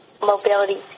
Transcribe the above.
mobility